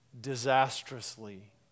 disastrously